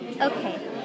Okay